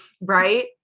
right